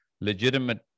legitimate